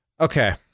Okay